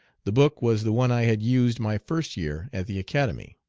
the book was the one i had used my first year at the academy.